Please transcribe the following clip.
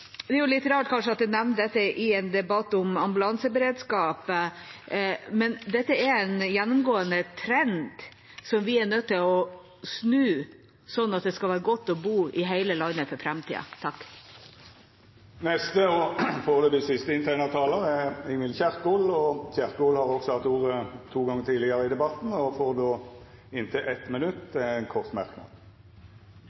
litt rart at jeg nevner dette i en debatt om ambulanseberedskap, men dette er en gjennomgående trend som vi er nødt til å snu, slik at det skal være godt å bo i hele landet i framtiden. Representanten Ingvild Kjerkol har hatt ordet to gonger tidlegare og